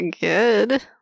good